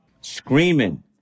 screaming